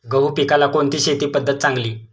गहू पिकाला कोणती शेती पद्धत चांगली?